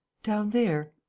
down there.